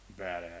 badass